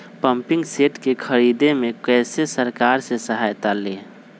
Pumping set के ख़रीदे मे कैसे सरकार से सहायता ले?